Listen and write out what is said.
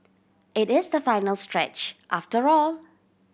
it is the final stretch after all